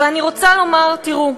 ואני רוצה לומר: תראו,